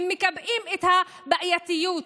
הם מקבעים את הבעייתיות.